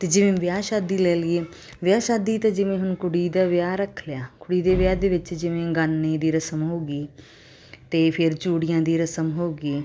ਅਤੇ ਜਿਵੇਂ ਵਿਆਹ ਸ਼ਾਦੀ ਲੈ ਲਈਏ ਵਿਆਹ ਸ਼ਾਦੀ 'ਤੇ ਜਿਵੇਂ ਹੁਣ ਕੁੜੀ ਦਾ ਵਿਆਹ ਰੱਖ ਲਿਆ ਕੁੜੀ ਦੇ ਵਿਆਹ ਦੇ ਵਿੱਚ ਜਿਵੇਂ ਗਾਨੇ ਦੀ ਰਸਮ ਹੋ ਗਈ ਅਤੇ ਫਿਰ ਚੂੜੀਆਂ ਦੀ ਰਸਮ ਹੋ ਗਈ